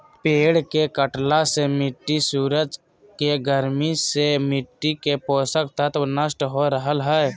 पेड़ के कटला से मिट्टी सूरज के गर्मी से मिट्टी के पोषक तत्व नष्ट हो रहल हई